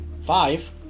five